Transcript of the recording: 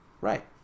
Right